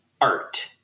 art